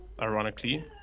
ironically